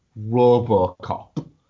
Robocop